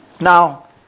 Now